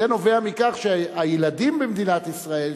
זה נובע מכך שהילדים במדינת ישראל,